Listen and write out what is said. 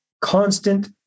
constant